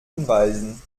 hinweisen